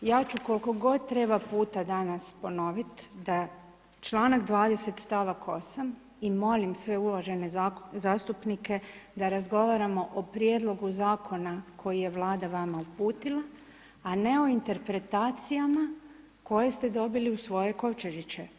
Ja ću koliko god treba puta danas ponoviti da članak 20. stavak 8. i molim sve uvažene zastupnike da razgovaramo o prijedlogu zakona koji je Vlada vam uputila a ne o interpretacijama koje ste dobili u svoje kovčežiće.